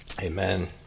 amen